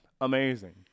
amazing